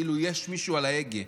כאילו יש מישהו על ההגה.